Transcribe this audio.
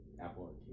Apple